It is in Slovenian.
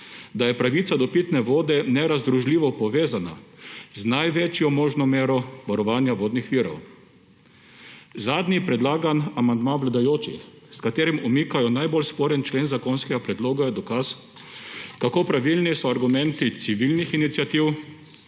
da je pravica do pitne vode nerazdružljivo povezana z največjo možno mero varovanja vodnih virov. Zadnji predlagan amandma vladajočih, s katerim umikajo najbolj sporen člen zakonskega predloga, je dokaz, kako pravilni so argumenti civilnih iniciativ,